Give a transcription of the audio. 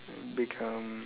become